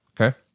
Okay